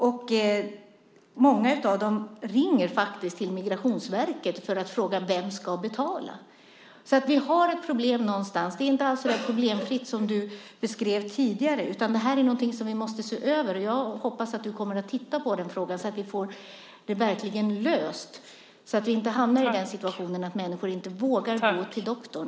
Och många ringer faktiskt till Migrationsverket för att fråga vem som ska betala för vården. Vi har alltså ett problem någonstans. Det är inte alls så problemfritt som du beskrev tidigare, utan detta är någonting som vi måste se över. Och jag hoppas att du kommer att titta på den frågan så att den verkligen blir löst och så att vi inte hamnar i den situationen att människor inte vågar gå till doktorn.